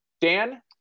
Dan